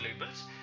labels